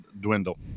dwindle